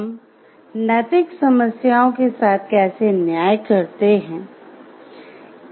हम नैतिक समस्याओं के साथ कैसे न्याय करते हैं